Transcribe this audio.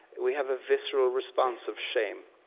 we have a visceral response of shame.